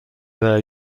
their